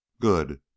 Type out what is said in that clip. Good